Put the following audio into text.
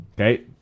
okay